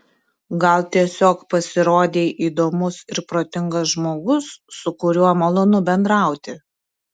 gal tiesiog pasirodei įdomus ir protingas žmogus su kuriuo malonu bendrauti